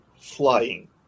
flying